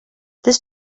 this